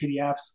PDFs